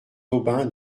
aubin